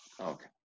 Okay